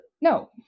No